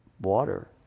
water